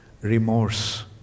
Remorse